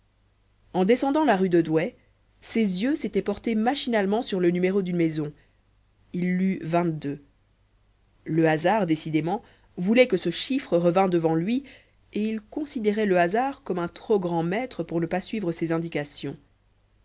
en descendant la rue de douai ses yeux s'était portés machinalement sur le numéro d'une maison il lut le hasard décidément voulait que ce chiffre revint devant lui et il considérait le hasard comme un trop grand maître pour ne pas suivre ses indications